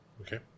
okay